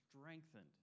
strengthened